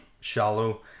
Shallow